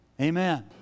Amen